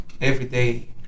everyday